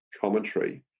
commentary